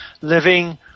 living